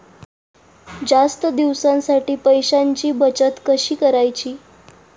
जास्त दिवसांसाठी पैशांची बचत कशी करायची?